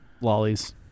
Lollies